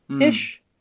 ish